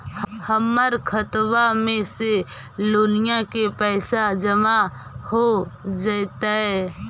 हमर खातबा में से लोनिया के पैसा जामा हो जैतय?